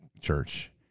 church